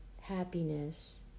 happiness